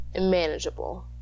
manageable